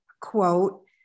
Quote